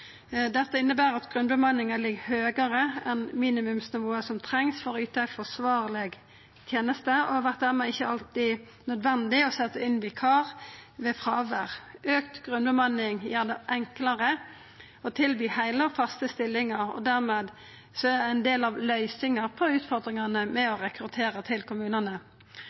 Dette inneber at grunnbemanninga ligg høgare enn minimumsnivået som trengst for å yta ei forsvarleg teneste, og det vert dermed ikkje alltid nødvendig å setja inn vikar ved fråvær. Auka grunnbemanning gjer det enklare å tilby heile og faste stillingar, og dermed er det ein del av løysinga på utfordringane med å rekruttera til kommunane.